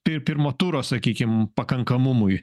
pi pirmo turo sakykim pakankamumui